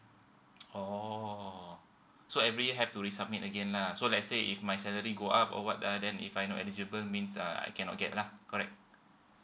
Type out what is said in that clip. oo so every have to resubmit again lah so let say if my salary go up or what uh then if I not eligible means uh I cannot get lah correct